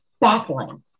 baffling